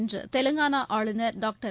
என்றுதெலங்கானாஆளுநர் doctor